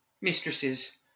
Mistresses